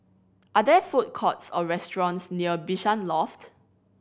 are there food courts or restaurants near Bishan Loft